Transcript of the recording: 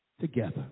together